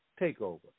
takeover